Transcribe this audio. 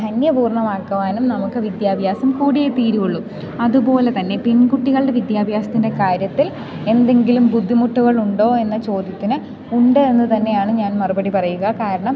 ധന്യപൂർണ്ണമാക്കുവാനും നമുക്ക് വിദ്യാഭ്യാസം കൂടിയേ തീരുള്ളു അതുപോലെതന്നെ പെൺകുട്ടികളുടെ വിദ്യാഭ്യാസത്തിൻ്റെ കാര്യത്തിൽ എന്തെങ്കിലും ബുദ്ധിമുട്ടുകളുണ്ടോ എന്ന ചോദ്യത്തിന് ഉണ്ട് എന്നു തന്നെയാണ് ഞാൻ മറുപടി പറയുക കാരണം